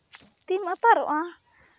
ᱛᱤᱢ ᱟᱛᱟᱨᱚᱜᱼᱟ